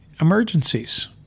emergencies